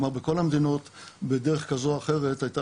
בכל המדינות בדרך כזו או אחרת הייתה